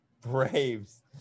Braves